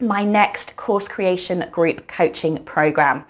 my next course creation group coaching program